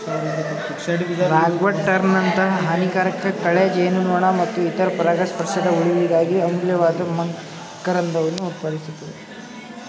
ರಾಗ್ವರ್ಟ್ನಂತಹ ಹಾನಿಕಾರಕ ಕಳೆ ಜೇನುನೊಣ ಮತ್ತು ಇತರ ಪರಾಗಸ್ಪರ್ಶಕದ ಉಳಿವಿಗಾಗಿ ಅಮೂಲ್ಯವಾದ ಮಕರಂದವನ್ನು ಉತ್ಪಾದಿಸ್ತವೆ